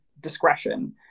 discretion